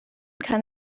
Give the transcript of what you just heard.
kann